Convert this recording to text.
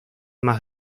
más